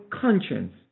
conscience